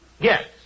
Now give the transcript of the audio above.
Yes